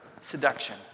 seduction